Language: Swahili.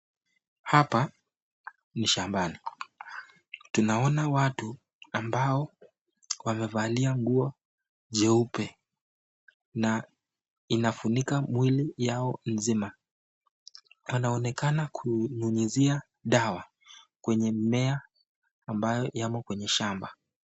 Hapa ni shambani, tunoana watu ambao wamevalia nguo jeupe na inafunika mwili yao mzima. Wanaonekana kunyunyizia dawa kwenye mimea ambayo yamo kwenye shamba.